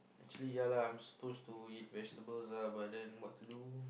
actually yeah lah I'm supposed to eat vegetables ah but what to do